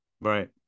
right